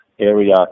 area